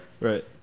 Right